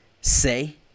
say